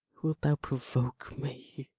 wilt thou provoke me?